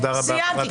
סיימתי.